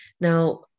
Now